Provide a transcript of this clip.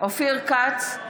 אופיר כץ,